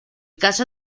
caso